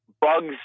bugs